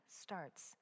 starts